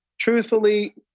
truthfully